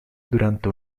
durante